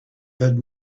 had